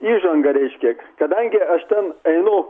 įžanga reiškia kadangi aš ten einu